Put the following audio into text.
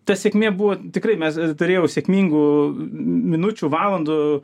ta sėkmė buvo tikrai mes turėjau sėkmingų minučių valandų